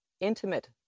intimate